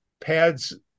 pads